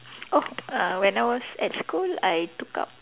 oh uh when I was at school I took up